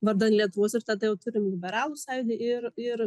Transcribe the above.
vardan lietuvos ir tada jau turim liberalų sąjūdį ir ir valstiečių ir